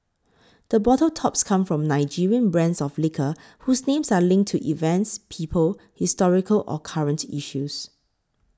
the bottle tops come from Nigerian brands of liquor whose names are linked to events people historical or current issues